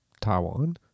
Taiwan